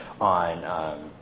on